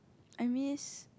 I miss